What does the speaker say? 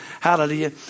hallelujah